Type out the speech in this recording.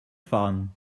fahren